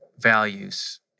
values